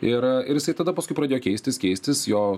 ir ir jisai tada paskui pradėjo keistis keistis jo